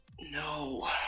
No